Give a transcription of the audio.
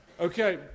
Okay